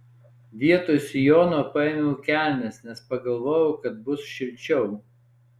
vietoj sijono paėmiau kelnes nes pagalvojau kad bus šilčiau